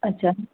अच्छा